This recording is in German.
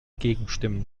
gegenstimmen